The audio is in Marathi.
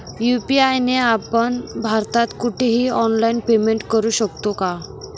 यू.पी.आय ने आपण भारतात कुठेही ऑनलाईन पेमेंट करु शकतो का?